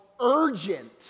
urgent